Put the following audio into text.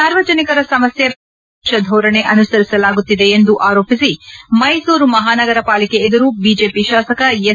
ಸಾರ್ವಜನಿಕರ ಸಮಸ್ಯೆ ಬಗೆಹರಿಸುವಲ್ಲಿ ನಿರ್ಲಕ್ಷ್ಮ ಧೋರಣೆ ಅನುಸರಿಸಲಾಗುತ್ತಿದೆ ಎಂದು ಆರೋಪಿಸಿ ಮೈಸೂರು ಮಹಾನಗರ ಪಾಲಿಕೆ ಎದುರು ಬಿಜೆಪಿ ಶಾಸಕ ಎಸ್